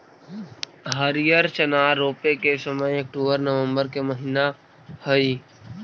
हरिअर चना रोपे के समय अक्टूबर नवंबर के महीना हइ